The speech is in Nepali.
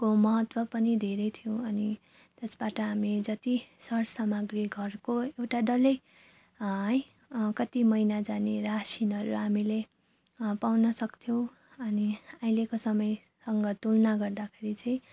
को महत्त्व पनि धेरै थियो अनि त्यसबाट हामी जति सर सामग्री घरको एउटा डल्लै है कति महिना जाने रासिनहरू हामीले पाउन सक्थ्यौँ अनि अहिलेको समयसँग तुलना गर्दाखेरि चाहिँ